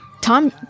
Tom